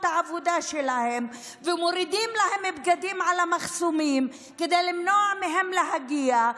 העבודה שלהם ומורידים להם בגדים במחסומים כדי למנוע מהם להגיע.